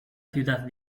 ciudad